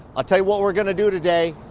ah tell you what we're gonna do today,